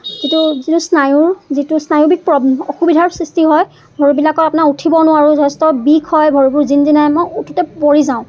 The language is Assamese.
যিটো যিটো স্নায়ুৰ যিটো স্নায়ু বিষ অসুবিধাৰ সৃষ্টি হয় ভৰিবিলাকৰ আপোনাৰ উঠিব নোৱাৰোঁ যথেষ্ট বিষ হয় ভৰিবোৰ জিনজিনাই মই উঠোঁতে পৰি যাওঁ